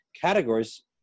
categories